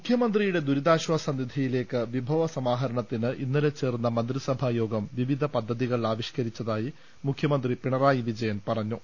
മുഖ്യമന്ത്രിയുടെ ദുരിതാശ്വാസ നിധിയിലേക്ക് വിഭവ സമാ ഹരണത്തിന് ഇന്നലെ ചേർന്ന മന്ത്രിസഭായോഗം വിവിധ പദ്ധതി കൾ ആവിഷ്ക്കരിച്ചതായി മുഖ്യമന്ത്രി പിണറായി വിജയൻ പറഞ്ഞു